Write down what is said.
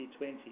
2020